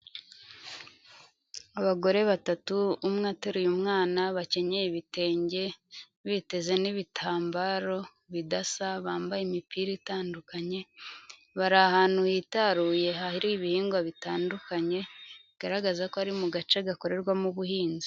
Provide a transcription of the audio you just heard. Abagore batatu, umwe ateruye umwana bakenyeye ibitenge, biteze n'ibitambaro bidasa, bambaye imipira itandukanye bari ahantu hitaruye, hari ibihingwa bitandukanye bigaragaza ko ari mu gace gakorerwamo ubuhinzi.